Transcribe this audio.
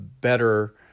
better